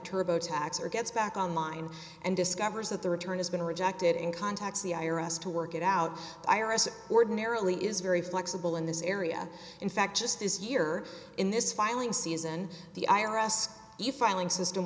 turbo tax or gets back on line and discovers that the return has been rejected and contacts the i r s to work it out i r s ordinarily is very flexible in this area in fact just this year in this filing season the i r s you filing system